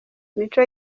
micho